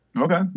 Okay